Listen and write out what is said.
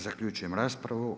Zaključujem raspravu.